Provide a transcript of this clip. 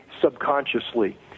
subconsciously